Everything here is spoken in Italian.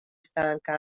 stanca